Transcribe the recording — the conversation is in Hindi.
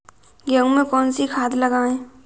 गेहूँ में कौनसी खाद लगाएँ?